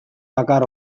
dakar